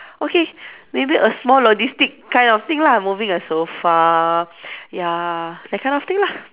okay maybe a small logistic kind of thing lah moving a sofa ya that kind of thing lah